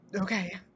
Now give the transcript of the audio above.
Okay